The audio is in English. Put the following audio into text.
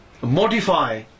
modify